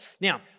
Now